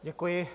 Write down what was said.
Děkuji.